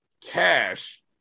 cash